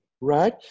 right